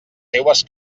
seues